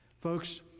folks